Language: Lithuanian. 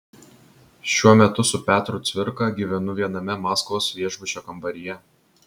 šiuo metu su petru cvirka gyvenu viename maskvos viešbučio kambaryje